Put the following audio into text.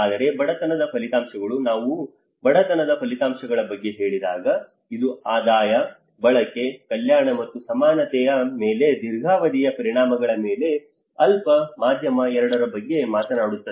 ಆದರೆ ಬಡತನದ ಫಲಿತಾಂಶಗಳು ನಾವು ಬಡತನದ ಫಲಿತಾಂಶಗಳ ಬಗ್ಗೆ ಹೇಳಿದಾಗ ಇದು ಆದಾಯ ಬಳಕೆ ಕಲ್ಯಾಣ ಮತ್ತು ಸಮಾನತೆಯ ಮೇಲೆ ದೀರ್ಘಾವಧಿಯ ಪರಿಣಾಮಗಳ ಮೇಲೆ ಅಲ್ಪ ಮಧ್ಯಮ ಎರಡರ ಬಗ್ಗೆ ಮಾತನಾಡುತ್ತದೆ